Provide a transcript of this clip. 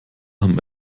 haben